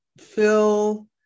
Phil